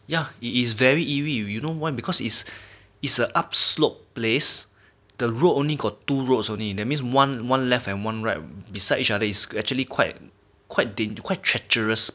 ya it is very eerie you know why because it's it's an up slope place the road only got two roads only in that means one one left and one right beside each other is actually quite quite dan~ quite treacherous